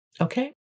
Okay